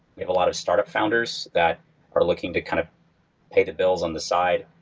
we have a lot of startup founders that are looking to kind of pay the bills on the side.